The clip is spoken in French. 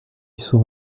sous